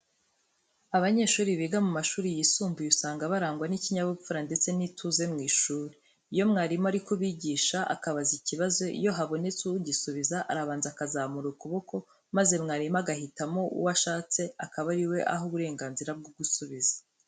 Abanyeshuri biga mu mashuri yisumbuye, usanga barangwa n'ikinyabupfura ndetse n'ituze mu ishuri. Iyo mwarimu ari kubigisha, akabaza ikibazo, iyo habonetse ugisubiza arabanza akazamura ukuboko maze mwarimu agahitamo uwo ashatse akaba ari we aha uburenganzira bwo gusubiza.